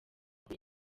kumi